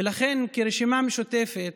ולכן, כרשימה המשותפת,